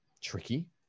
tricky